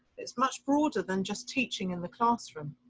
it's much broader than just teaching in the classroom.